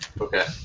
Okay